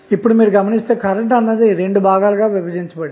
ఇప్పుడు మీరు గమనిస్తే కరెంట్ 2 భాగాలుగా విభజించబడింది